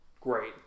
great